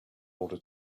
order